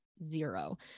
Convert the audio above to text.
zero